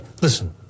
Listen